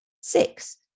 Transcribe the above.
Six